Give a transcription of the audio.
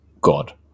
God